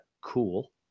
cool